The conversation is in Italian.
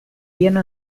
viene